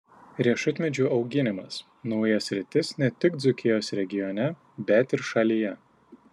riešutmedžių auginimas nauja sritis ne tik dzūkijos regione bet ir šalyje